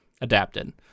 adapted